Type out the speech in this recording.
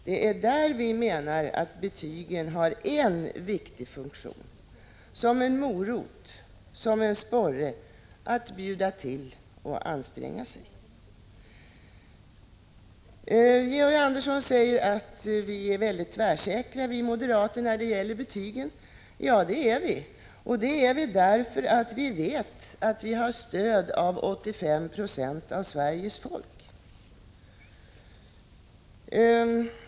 Det är där vi menar att betygen har en viktig funktion, som en morot, en sporre att bjuda till och anstränga sig. Georg Andersson säger att vi moderater är tvärsäkra när det gäller betygen. Ja, det är vi, därför att vi vet att vi har stöd av 85 96 av Sveriges folk.